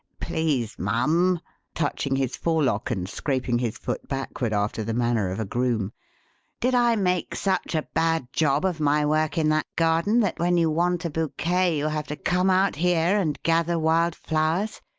please, mum touching his forelock and scraping his foot backward after the manner of a groom did i make such a bad job of my work in that garden that when you want a bouquet you have to come out here and gather wild flowers?